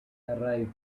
arrived